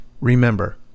Remember